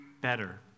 better